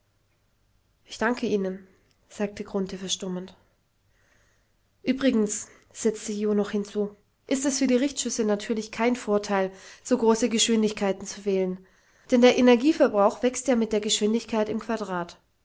ich danke ihnen sagte grunthe verstummend übrigens setzte jo noch hinzu ist es für die richtschüsse natürlich kein vorteil so große geschwindigkeiten zu wählen denn der energieverbrauch wächst ja mit der geschwindigkeit im quadrat